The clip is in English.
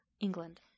England